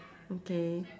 okay